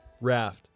raft